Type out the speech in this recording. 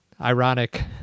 ironic